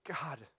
God